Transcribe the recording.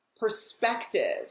perspective